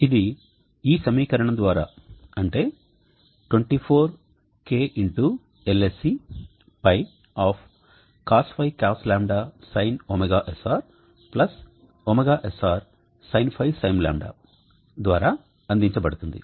ఇది ఈ సమీకరణం ద్వారా అంటే 24 k LSC సౌర స్థిరాంకం π Cos ϕ Cos 𝛿 Sin ωsr ωsr Sinϕ Sin 𝛿 ద్వారా అందించబడుతుంది